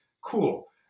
cool